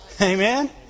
Amen